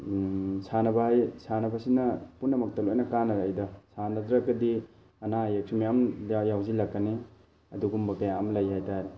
ꯁꯥꯟꯅꯕ ꯁꯥꯟꯅꯕꯁꯤꯅ ꯄꯨꯟꯅꯃꯛꯇ ꯂꯣꯏꯅ ꯀꯥꯟꯅꯔꯛꯏꯗ ꯁꯥꯟꯅꯗ꯭ꯔꯒꯗꯤ ꯑꯅꯥ ꯑꯌꯦꯛꯁꯨ ꯃꯌꯥꯝ ꯌꯥꯎꯁꯤꯜꯂꯛꯀꯅꯤ ꯑꯗꯨꯒꯨꯝꯕ ꯀꯌꯥ ꯑꯃ ꯂꯩ ꯍꯥꯏꯇꯥꯔꯦ